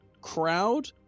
crowd